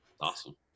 Awesome